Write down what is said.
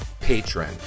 patron